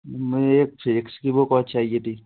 मुझे एक फिज़िक्स की बुक और चाहिए थी